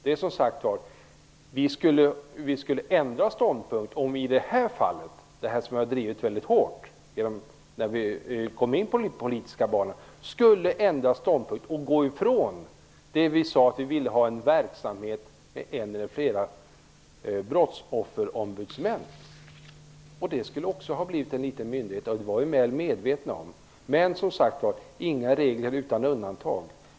Det skulle ha varit att ändra ståndpunkt om vi hade gått ifrån det som vi har drivit väldigt hårt sedan vi kom in på den politiska banan, dvs. att vi vill ha en verksamhet med en eller flera brottsofferombudsmän. Vi är medvetna om att det också skulle ha blivit en liten myndighet. Men det finns ingen regel utan undantag.